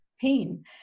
pain